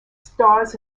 stars